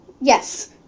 yes